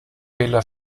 wähler